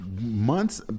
months